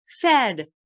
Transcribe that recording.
fed